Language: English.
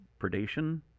predation